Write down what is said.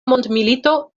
mondmilito